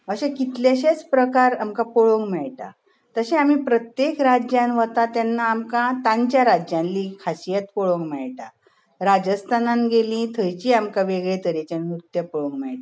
अशे कितलेशेच प्रकार आमकां पळोवंक मेळटात तशें आमी प्रत्येक राज्यांत वता तेन्ना आमकां तांचे राज्यांतली खासीयत पळोवंक मेळटा राजस्थानांत गेली थंयची आमकां वेगळे तरेचें नृत्य पळोवंक मेळटा